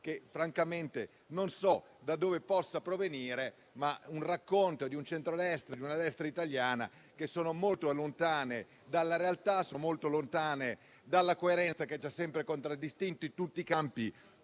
che francamente non so da dove possa provenire, il racconto di un centrodestra e di una destra italiana che è molto lontano dalla realtà e dalla coerenza che ci ha sempre contraddistinto in tutti i campi,